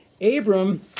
Abram